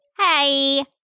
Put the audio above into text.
Hey